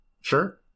sure